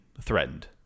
threatened